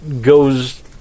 goes